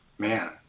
Man